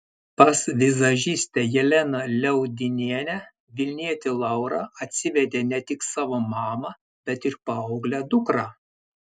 pas vizažistę jeleną liaudinienę vilnietė laura atsivedė ne tik savo mamą bet ir paauglę dukrą